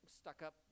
stuck-up